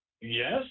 Yes